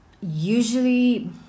usually